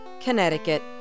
Connecticut